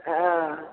हँ